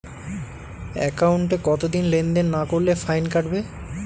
একাউন্টে কতদিন লেনদেন না করলে ফাইন কাটবে?